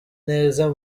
neza